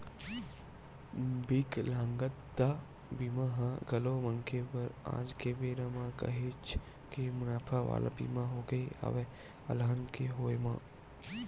बिकलांगता बीमा ह घलोक मनखे बर आज के बेरा म काहेच के मुनाफा वाला बीमा होगे हवय अलहन के होय म